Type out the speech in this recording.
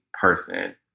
person